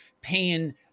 pain